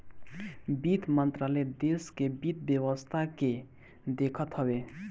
वित्त मंत्रालय देस के वित्त व्यवस्था के देखत हवे